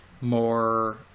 more